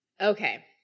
Okay